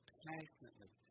passionately